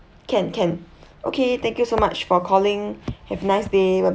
can can okay thank you so much for calling have a nice day bye